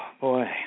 boy